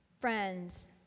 friends